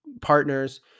partners